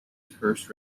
first